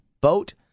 boat